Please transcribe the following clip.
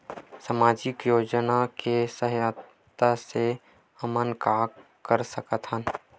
सामजिक योजना के सहायता से हमन का का कर सकत हन?